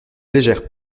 légère